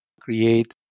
create